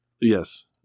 Yes